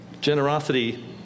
Generosity